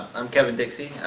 i'm kevin dixie.